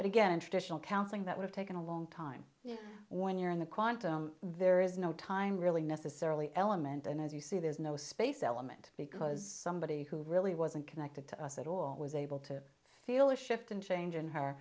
but again traditional counseling that we've taken a long time when you're in the quantum there is no time really necessarily element and as you see there's no space element because somebody who really wasn't connected to us at all was able to feel a shift and change in her